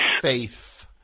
Faith